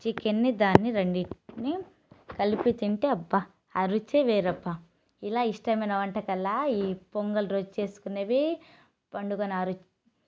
చికెన్ని దాన్ని రెండింట్ని కలిపి తింటే అబ్బ ఆ రుచే వేరబ్బా ఇలా ఇష్టమైన వంట కల్లా ఈ పొంగల్ రుచి చూసుకునేవి పండుగ నాడు